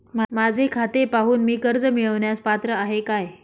माझे खाते पाहून मी कर्ज मिळवण्यास पात्र आहे काय?